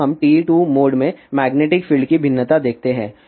अब हम TE2 mode में मैग्नेटिक फील्ड की भिन्नता देखते है